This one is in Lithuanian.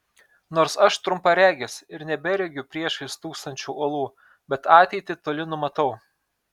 nors aš trumparegis ir neberegiu priešais stūksančių uolų bet ateitį toli numatau